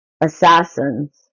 assassins